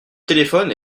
téléphone